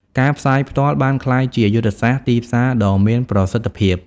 ការផ្សាយផ្ទាល់បានក្លាយជាយុទ្ធសាស្ត្រទីផ្សារដ៏មានប្រសិទ្ធភាព។